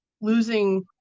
losing